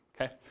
okay